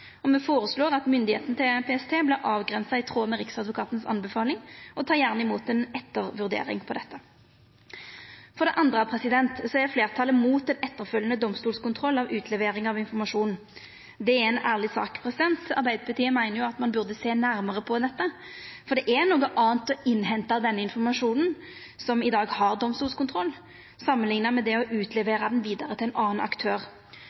Me føreslår at myndigheita til PST vert avgrensa i tråd med anbefalinga frå Riksadvokaten, og tek gjerne imot ei ettervurdering av det. For det andre er fleirtalet imot ein etterfølgjande domstolskontroll av utlevering av informasjon. Det er ei ærleg sak. Arbeidarpartiet meiner at ein burde sjå nærmare på dette, for det er noko anna å innhenta denne informasjonen, som i dag har domstolskontroll, enn å utlevera han vidare til ein annan aktør.